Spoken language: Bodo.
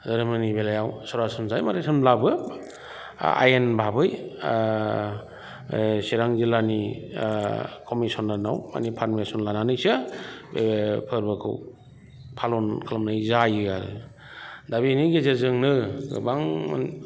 धोरोमनि बेलायाव सरासनस्रायै माने होनब्लाबो आइन भाबै चिरां जिल्लानि कमिसनारनाव माने पारमिस'न लानानैसो बे फोरबोखौ फालन खालामनाय जायो आरो दा बेनि गेजेरजोंनो गोबां